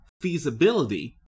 Feasibility